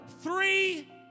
three